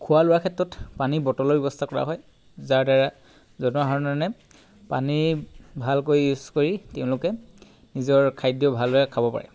খোৱা লোৱাৰ ক্ষেত্ৰত পানীৰ বটলৰ ব্যৱস্থা কৰা হয় যাৰ দ্বাৰা জনসাধাৰণে পানী ভালকৈ ইউজ কৰি তেওঁলোকে নিজৰ খাদ্য ভালদৰে খাব পাৰে